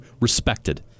respected